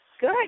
Good